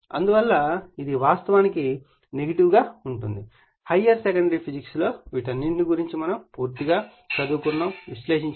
అందువల్ల ఇది వాస్తవానికి నెగిటివ్ గా ఉంది హైయర్ సెకండరీ ఫిజిక్స్ లో వీటన్నింటి గురుంచి పూర్తిగా విశ్లేషించారు